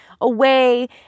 away